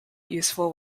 useful